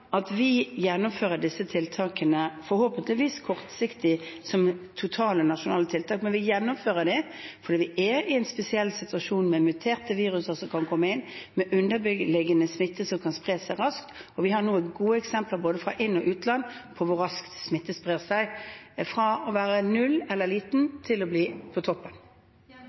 i en spesiell situasjon med muterte virus som kan komme inn, med underliggende smitte som kan spre seg raskt. Vi har gode eksempler fra både inn- og utland på hvor raskt smitte sprer seg, fra å være null eller liten til å bli på toppen.